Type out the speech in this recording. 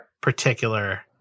particular